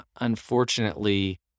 unfortunately